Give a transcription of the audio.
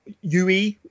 ue